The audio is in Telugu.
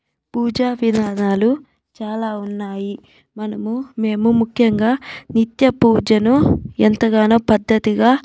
పూజా విధానాలు చాలా ఉన్నాయి మనము మేము ముఖ్యంగా నిత్య పూజను ఎంతగానో పద్దతిగా